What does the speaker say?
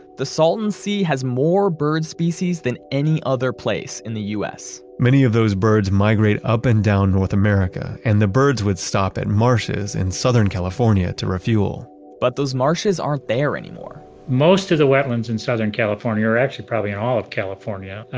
the salton sea has more bird species than any other place in the u s many of those birds migrate up and down north america, and the birds would stop at marshes in southern california to refuel but those marshes aren't there anymore most of the wetlands in southern california, actually probably in all of california,